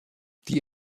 die